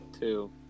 two